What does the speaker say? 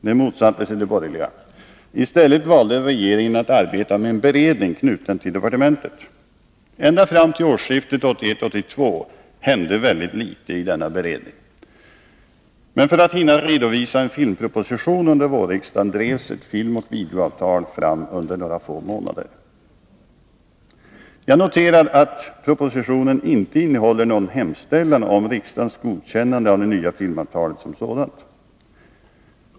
Det motsatte sig de borgerliga. I stället valde regeringen att arbeta med en beredning knuten till departementet. Ända fram till årsskiftet 1981-1982 hände väldigt litet i denna beredning. Men för att regeringen skulle hinna redovisa en filmproposition under vårriksdagen drevs ett filmoch videoavtal fram under några få månader. Jag noterar att propositionen inte innehåller någon hemställan om riksdagens godkännande av det nya filmavtalet som sådant.